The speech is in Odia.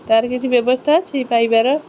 ତା'ର କିଛି ବ୍ୟବସ୍ଥା ଅଛି ପାଇବାର